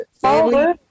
Family